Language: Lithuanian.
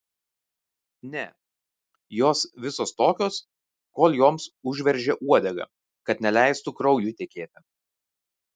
ne jos visos tokios kol joms užveržia uodegą kad neleistų kraujui tekėti